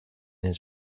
his